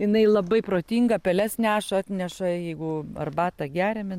jinai labai protinga peles neša atneša jeigu arbatą geriame